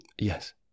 yes